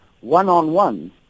one-on-one